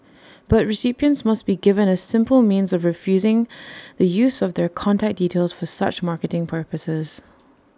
but recipients must be given A simple means of refusing the use of their contact details for such marketing purposes